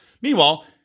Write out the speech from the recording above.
Meanwhile